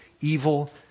evil